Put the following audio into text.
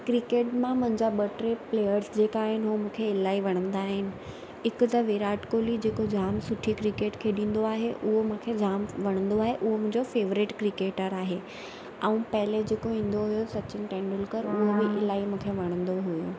cricket मां मुंहिंजा ॿ टे प्लेयर्स जेका आहिनि उहा मूंखे इलाही वणंदा आहिनि हिकु त विराट कोहली जेको जाम सुठी क्रिकेट खेॾंदो आहे उहो मूंखे जाम वणंदो आहे उहो मुंहिंजो फ़ेवरेट क्रिकेटर आहे ऐं पहिले जेको ईंदो हुओ सचिन तेंडुलकर उहो बि इलाही मूंखे वणंदो हुओ